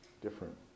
different